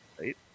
Right